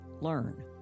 learn